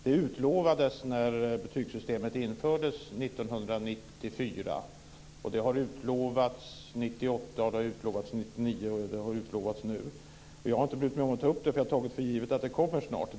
Det utlovades när betygssystemet infördes 1994, och det har utlovats 1998, 1999 och det har utlovats nu. Jag har inte brytt mig om att ta upp detta, för jag har tagit för givet att det snart skulle komma kriterier.